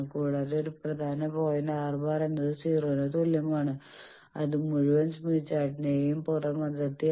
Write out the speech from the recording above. കൂടാതെ ഒരു പ്രധാന പോയിന്റ് R⁻എന്നത് 0 ന് തുല്യമാണ് അത് മുഴുവൻ സ്മിത്ത് ചാർട്ടിന്റെ യും പുറം അതിർത്തിയാണ്